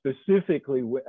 specifically